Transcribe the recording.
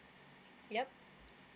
yup